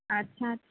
আচ্ছা আচ্ছা